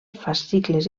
fascicles